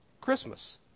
Christmas